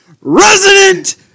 Resident